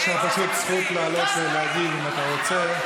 יש לך זכות לעלות ולהגיב אם אתה רוצה.